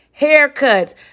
haircuts